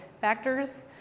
factors